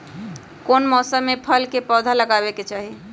कौन मौसम में फल के पौधा लगाबे के चाहि?